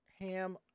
ham